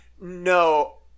no